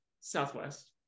southwest